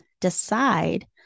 decide